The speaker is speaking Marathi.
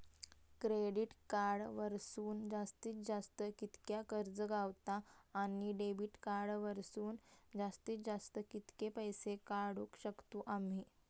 क्रेडिट कार्ड वरसून जास्तीत जास्त कितक्या कर्ज गावता, आणि डेबिट कार्ड वरसून जास्तीत जास्त कितके पैसे काढुक शकतू आम्ही?